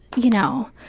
you know,